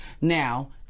Now